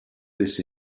this